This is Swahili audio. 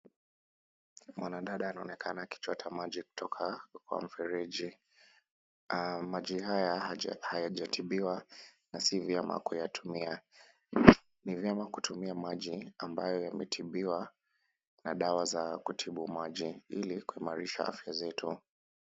Mwanadada anaonekana akichota maji kwa mfereji. Maji haya hayajatibiwa na si vyema kuyatumia. Ni vyema kutumia maji ambayo yametibwa na dawa za kutibu maji ili kuimarisha afya zetu.